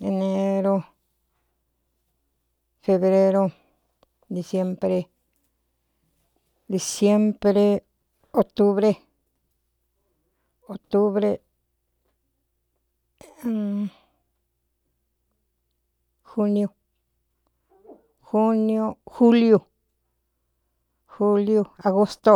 Enero febrero disenpre disenpre otubre otubre juniu jniu juliu jliu agosto